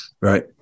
right